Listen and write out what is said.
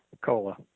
Cola